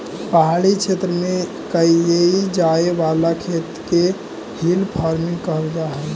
पहाड़ी क्षेत्र में कैइल जाए वाला खेत के हिल फार्मिंग कहल जा हई